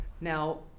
Now